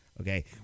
okay